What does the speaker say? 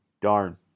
Darn